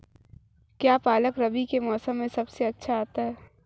क्या पालक रबी के मौसम में सबसे अच्छा आता है?